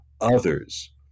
others